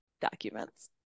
documents